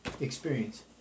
experience